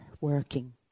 working